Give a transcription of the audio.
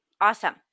Awesome